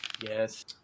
Yes